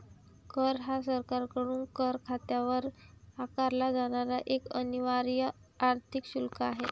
कर हा सरकारकडून करदात्यावर आकारला जाणारा एक अनिवार्य आर्थिक शुल्क आहे